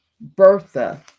Bertha